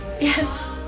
Yes